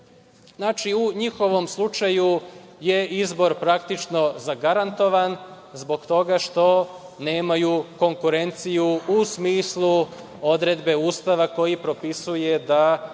u njihovom slučaju je izbor praktično zagarantovan zbog toga što nemaju konkurenciju u smislu odredbe Ustava koji propisuje da